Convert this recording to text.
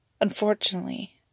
unfortunately